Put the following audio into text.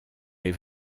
les